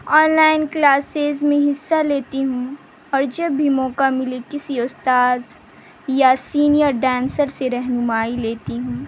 on line classes میں حصہ لیتی ہوں اور جب بھی موقع ملے کسی استاذ یا سینئر ڈانسر سے رہنمائی لیتی ہوں